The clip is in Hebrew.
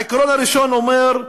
העיקרון הראשון אומר: